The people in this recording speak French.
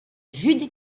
judy